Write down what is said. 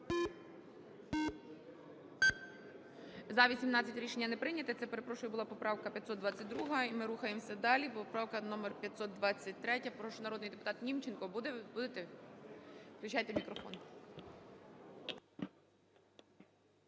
За-18 Рішення не прийняте. Це, перепрошую, була поправка 522. І ми рухаємося далі. Поправка номер 523-я. Прошу, народний депутатНімченко. Будете? Включайте мікрофон.